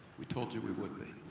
we told you we would be.